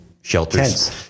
shelters